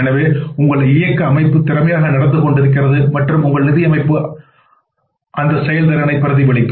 எனவே உங்கள் இயக்க அமைப்பு திறமையாக நடந்து கொண்டிருக்கிறது மற்றும் உங்கள் நிதி அமைப்பு அந்த செயல்திறனை பிரதிபலிக்கும்